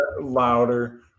Louder